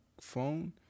phone